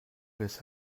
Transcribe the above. his